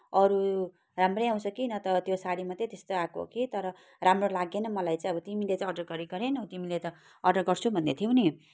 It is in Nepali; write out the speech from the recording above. अरू राम्रै आउँछ कि न त त्यो साडी मात्रै त्यस्तो आएको हो कि तर राम्रो लागेन मलाई चाहिँ अब तिमीले चाहिँ अर्डर गऱ्यौ कि गरेनौ तिमीले त अर्डर गर्छु भन्दै थियौ नि